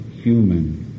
human